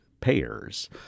Payers